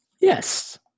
Yes